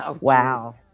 Wow